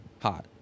hot